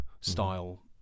style